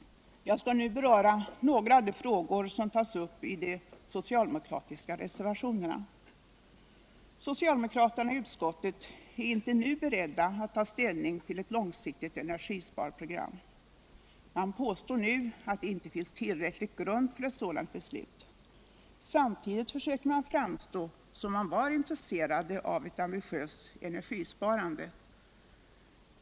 Jag skall nu beröra några av de frågor som tas upp i de socialdemokratiska reservationerna. Socialdemokraterna i utskoltet är inte nu beredda att ta ställning till ett långsiktigt energisparprogram. Man påstår nu att det inte finns tillräcklig grund för ett sådant beslut. Samtidigt försöker man framstå som om man var intresserad av ett ambitiöst energisparande.